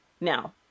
Now